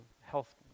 health